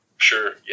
Sure